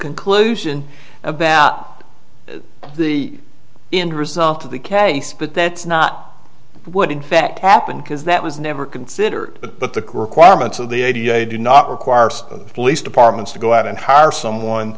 conclusion about the end result of the case but that's not what in fact happened because that was never considered but the requirements of the a t o do not require the police departments to go out and hire someone